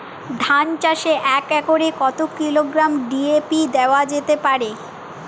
ধান চাষে এক একরে কত কিলোগ্রাম ডি.এ.পি দেওয়া যেতে পারে?